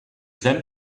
then